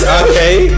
okay